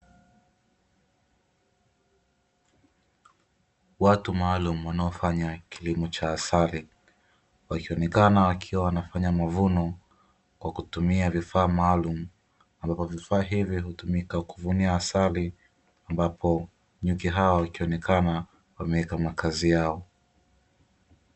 Watu maalumu wanaofanya kilimo cha asali wakionekana wakiwa wanafanya mavuno kwa kutumia vifaa maalumu, ambapo vifaa hivyo hutumika kuvunia asali ambapo nyuki hao wakionekana wameweka makazi yao.